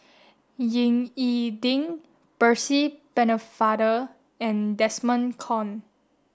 Ying E Ding Percy Pennefather and Desmond Kon